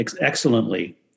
excellently